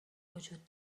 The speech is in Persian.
وجود